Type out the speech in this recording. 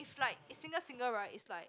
it's like is single single right it's like